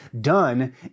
done